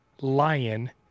lion